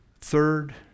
third